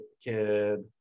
kid